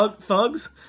thugs